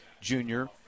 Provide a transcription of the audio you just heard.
junior